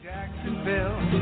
Jacksonville